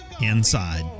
Inside